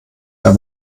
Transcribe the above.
der